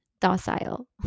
docile